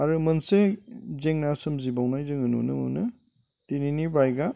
आरो मोनसे जेंना सोमजिबावनाय जोङो नुनो मोनो दिनैनि बाइकआ